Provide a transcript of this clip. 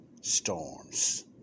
storms